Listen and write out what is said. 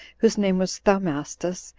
whose name was thaumastus,